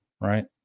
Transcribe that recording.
right